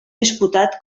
disputat